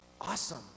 Awesome